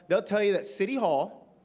they'll tell you that city hall